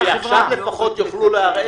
זה טוב, כי עכשיו לפחות יוכלו לערער.